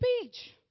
speech